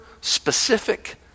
specific